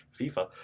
FIFA